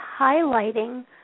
highlighting